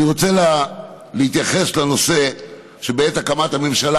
אני רוצה להתייחס לנושא שבעת הקמת הממשלה